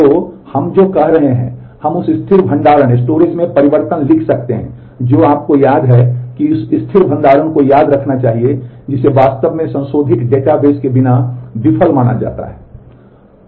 तो हम जो कह रहे हैं कि हम उस स्थिर भंडारण में परिवर्तन लिख सकते हैं जो आपको याद है कि उस स्थिर भंडारण को याद रखना चाहिए जिसे वास्तव में संशोधित डेटाबेस के बिना विफल माना जाता है